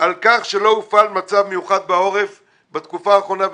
על כך שלא הופעל מצב מיוחד בעורף בתקופה האחרונה.